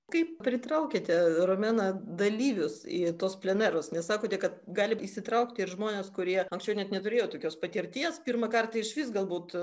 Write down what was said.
kaip pritraukiate romena dalyvius į tuos plenerus nes sakote kad gali įsitraukti ir žmonės kurie anksčiau net neturėjo tokios patirties pirmą kartą išvis galbūt